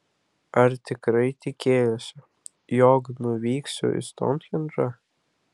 ar tikrai tikėjosi jog nuvyksiu į stounhendžą